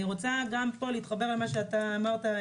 אני רוצה פה גם להתחבר למה שאתה אמרת,